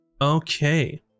okay